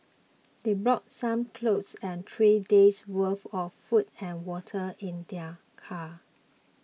they brought some clothes and three days' worth of food and water in their car